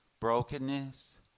brokenness